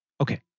okay